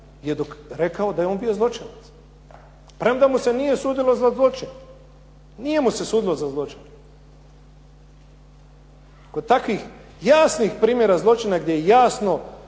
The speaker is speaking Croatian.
je rekao da je on bio zločinac, premda mu se nije sudilo za zločin. Nije mu se sudilo za zločin. Kod takvih jasnih primjera zločina gdje jasno